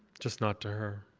just not to her.